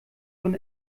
von